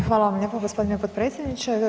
Hvala vam lijepo gospodine potpredsjedniče.